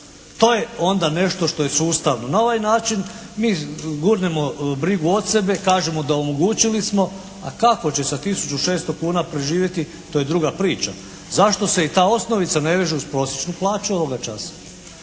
To je onda nešto što je sustavno. Na ovaj način mi gurnemo brigu od sebe, kažemo da, omogućili smo. A kako će sa tisuću 600 kuna preživjeti to je druga priča. Zašto se i ta osnovica ne veže uz prosječnu plaću ovoga časa?